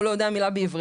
הוא לא יודע מילה בעברית.